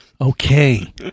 okay